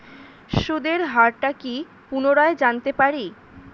সুদের হার টা কি পুনরায় জানতে পারি?